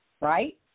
right